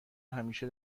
همیشه